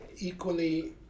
equally